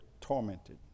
tormented